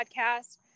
podcast